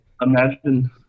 Imagine